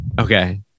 Okay